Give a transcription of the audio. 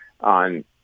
on